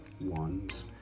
ones